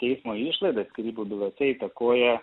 teismo išlaidas skyrybų bylose įtakoja